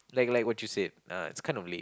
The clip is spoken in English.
like like what you said ah it's kind of lame